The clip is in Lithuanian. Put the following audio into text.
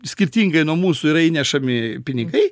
skirtingai nuo mūsų yra įnešami pinigai